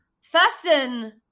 fasten